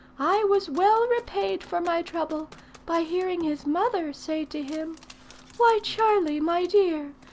i was well repaid for my trouble by hearing his mother say to him why, charlie, my dear,